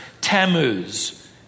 Tammuz